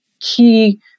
key